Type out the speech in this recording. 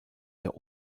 der